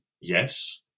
yes